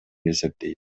эсептейт